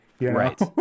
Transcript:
right